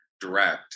direct